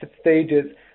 stages